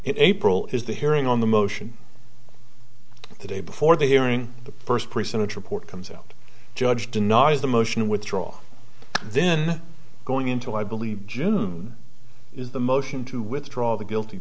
in april is the hearing on the motion the day before the hearing the first person to report comes out judge denies the motion withdraw then going into i believe june is the motion to withdraw the guilty